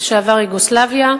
לשעבר יוגוסלביה,